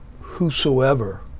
whosoever